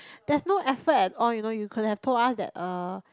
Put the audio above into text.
there's no effort at all you know you could have told us that uh